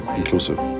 inclusive